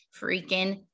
Freaking